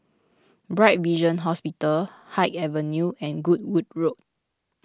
Bright Vision Hospital Haig Avenue and Goodwood Road